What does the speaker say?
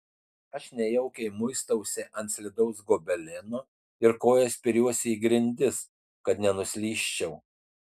aš nejaukiai muistausi ant slidaus gobeleno ir koja spiriuosi į grindis kad nenuslysčiau